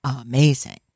amazing